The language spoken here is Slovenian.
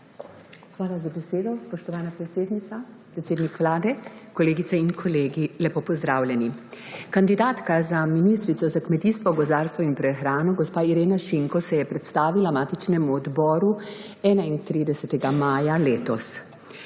Hvala za besedo, spoštovana predsednica. Predsednik Vlade, kolegice in kolegi, lepo pozdravljeni! Kandidatka za ministrico za kmetijstvo, gozdarstvo in prehrano gospa Irena Šinko se je predstavila matičnemu odboru 31. maja letos.